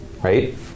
Right